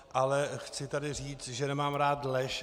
Ale chci tady říct, že nemám rád lež.